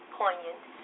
poignant